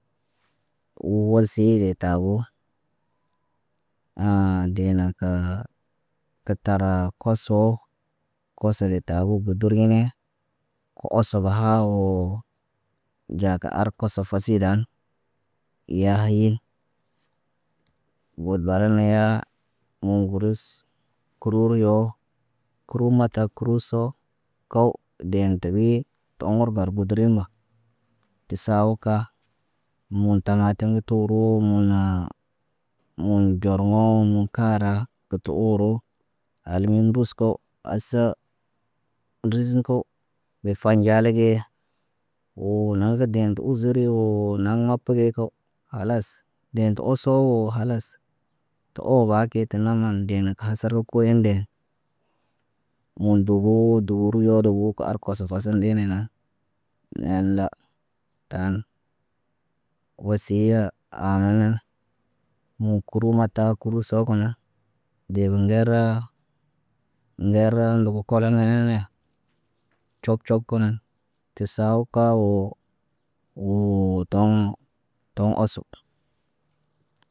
Wosi de tabo, dee naŋg kəə kə taraa koso. Koso de tabo gudurnhine kə oso bahawoo. Nɟaa ka arkoso fasidan, yaa hayin, god bala neyaa moŋg gurus kuru ruyo. Kuru mata kuru soo kaw dee te ɓi, ta oŋgar buduri nə. Tə saawuka, mun tamatim kə tooro mun naa. Mun ɟormoŋgo woo mun kaara kə tə ooro. Almuhim ruz ko hasa rizin ko, dee fa nɟala gee woo naŋg gə deen tə uzuri woo naŋg mapa ge kaw. Khalas deen tə oso woo khalas. Tə oobake tə naŋg naŋg deen nə hasarə kowenden. Mun dubuu, dubu riyo doboo ka arkos fasen ɗe nenən. Neen la taan wosiya, aana nan. Mokuru mata kuru soo kə na. Deeb ŋgeraa ŋgera dogo kolo nana nee. Cob cob kə nan tə sawuk ka woo. Woo toŋg, toŋg osupa.